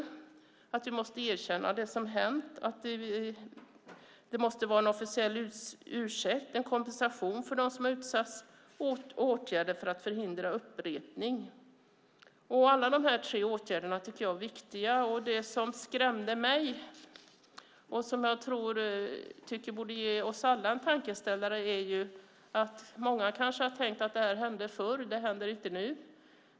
Det handlar om att vi måste erkänna det som har hänt, att det måste vara en officiell ursäkt och en kompensation för dem som har utsatts och åtgärder för att förhindra upprepning. Alla dessa tre åtgärder tycker jag är viktiga. Det som skrämde mig och som borde ge oss alla en tankeställare är att många kanske har tänkt att detta hände förr och att det inte händer nu.